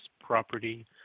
property